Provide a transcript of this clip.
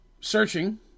Searching